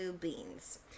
beans